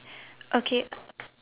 okay